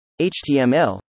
html